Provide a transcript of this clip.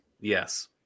Yes